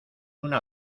una